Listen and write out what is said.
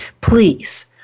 Please